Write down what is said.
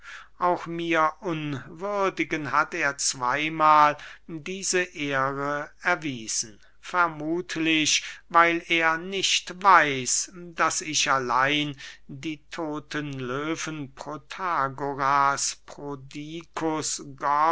auch mir unwürdigen hat er zweymahl diese ehre erwiesen vermuthlich weil er nicht weiß daß ich allein die todten löwen protagoras prodikus